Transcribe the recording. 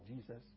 Jesus